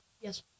Yes